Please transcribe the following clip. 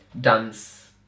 dance